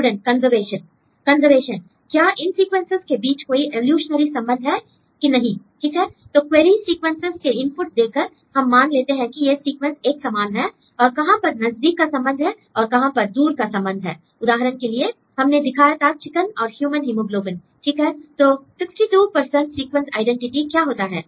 student conservation conservation l क्या इन sequences के बीच कोई इवोल्यूशनरी संबंध है कि नहीं ठीक है l तो क्वेरी सीक्वेंसेस के इनपुट देखकर हम मान लेते हैं कि ये सीक्वेंस एक समान हैं और कहां पर नजदीक का संबंध है और कहां पर दूर का संबंध है उदाहरण के लिए हमने दिखाया था चिकन और ह्यूमन हीमोग्लोबिन ठीक है तो 62 सीक्वेंस आईडेंटिटी क्या होता है